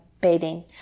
bathing